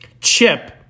Chip